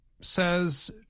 says